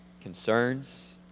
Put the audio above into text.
concerns